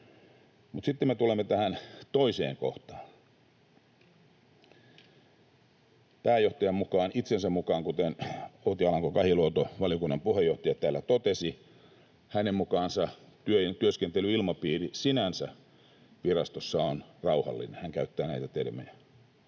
sitten me tulemme tähän toiseen kohtaan. Pääjohtajan itsensä mukaan, kuten Outi Alanko-Kahiluoto, valiokunnan puheenjohtaja, täällä totesi, työskentelyilmapiiri sinänsä virastossa on rauhallinen — hän käyttää näitä termejä.